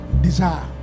desire